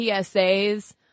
psa's